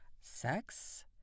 Sex